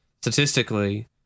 statistically